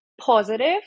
positive